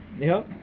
yup,